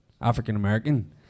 African-American